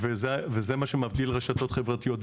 וזה מה שמבדיל מרשתות חברתיות.